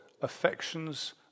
affections